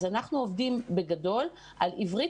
אנחנו עובדים בגדול על עברית,